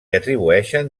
atribueixen